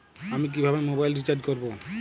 আমি কিভাবে mobile recharge করব?